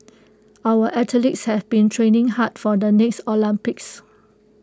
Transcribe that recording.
our athletes have been training hard for the next Olympics